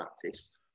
practice